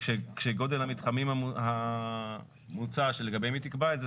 שגודל המתחמים המוצע שלגביהם היא תקבע את זה,